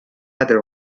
other